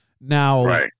Now